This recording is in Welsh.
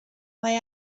mae